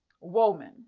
woman